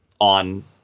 on